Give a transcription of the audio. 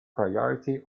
priority